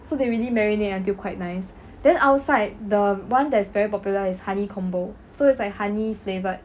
so they really marinate until quite nice then outside the one that is very popular is honey combo so it's like honey flavoured